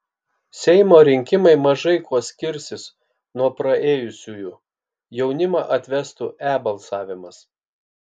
seimo rinkimai mažai kuo skirsis nuo praėjusiųjų jaunimą atvestų e balsavimas